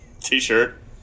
T-shirt